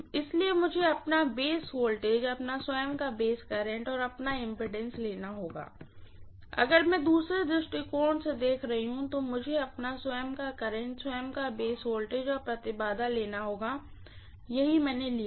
इसलिए मुझे अपना बेस वोल्टेज अपना स्वयं का बेस करंट अपना बेस इम्पीडेंस लेना होगा और अगर मैं दूसरे दृष्टिकोण से देख रही हूँ तो मुझे अपना स्वयं का करंट स्वयं का बेस वोल्टेज और अपना इम्पीडेन्स लेना होगा यही मैंने लिया है